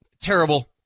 Terrible